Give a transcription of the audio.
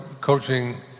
coaching